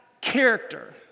character